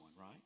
right